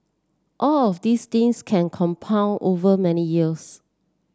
all of these things can compound over many years